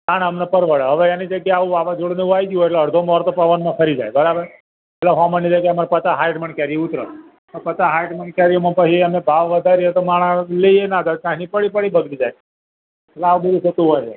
તાણ અમને પરવડે હવે એની જગ્યાએ વાવાઝોડું ને એવું આવી જ્યું હોય તો એમાં અડધો મોર તો ખરી જાય બરાબર એટલે સો મણની જગ્યાએ અમારે પચાસ સાઠ મણ કેરી ઉતરે પચાસ સાઠ મણ કેરીઓમાં પછી અમે ભાવ વધારીએ તો માણસ લઇ ના જાય એ પડી પડી બગડી જાય એટલે આવું બધું થતું હોય છે